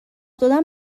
دادن